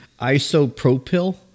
Isopropyl